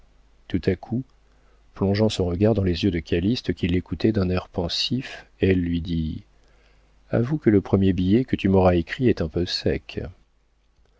tout à coup plongeant son regard dans les yeux de calyste qui l'écoutait d'un air pensif elle lui dit avoue que le premier billet que tu m'auras écrit est un peu sec